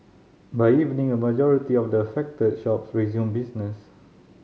by evening a majority of the affected shops resumed business